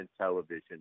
television